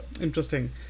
Interesting